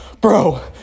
bro